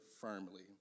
firmly